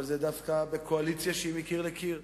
אבל זה דווקא בקואליציה שהיא מקיר לקיר,